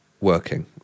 working